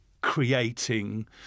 creating